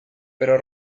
pero